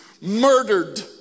murdered